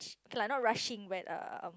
okay lah not rushing but um